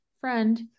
friend